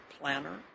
planner